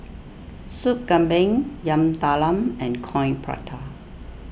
Sup Kambing Yam Talam and Coin Prata